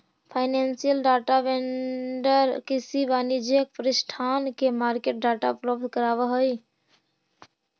financial data vendor किसी वाणिज्यिक प्रतिष्ठान के मार्केट डाटा उपलब्ध करावऽ हइ